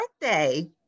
birthday